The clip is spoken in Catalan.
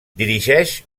dirigeix